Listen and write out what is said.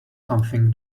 something